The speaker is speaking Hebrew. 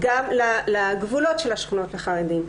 גם לשכונות החדשות.